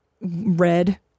red